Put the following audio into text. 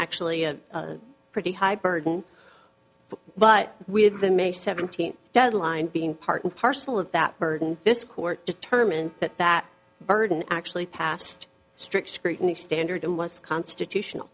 actually a pretty high burden but we had the may seventeenth deadline being part and parcel of that burden this court determined that that burden actually passed strict scrutiny standard and was constitutional